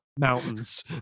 mountains